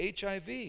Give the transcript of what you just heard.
HIV